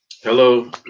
Hello